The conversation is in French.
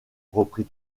reprit